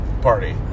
party